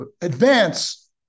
advance